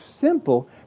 simple